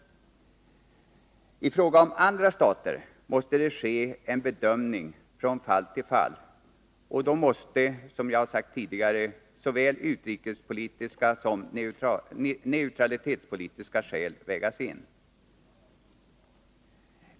I fråga om andra stater måste det ske en bedömning från fall till fall, och då måste, som jag sagt tidigare, såväl utrikessom neutralitetspolitiska skäl vägas in.